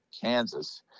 Kansas